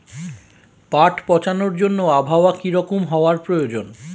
পাট পচানোর জন্য আবহাওয়া কী রকম হওয়ার প্রয়োজন?